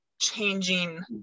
changing